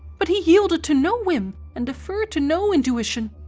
but he yielded to no whim and deferred to no intuition.